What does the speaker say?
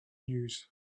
news